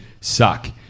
suck